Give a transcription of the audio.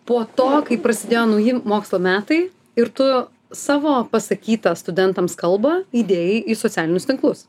po to kai prasidėjo nauji mokslo metai ir tu savo pasakytą studentams kalbą įdėjai į socialinius tinklus